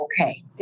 Okay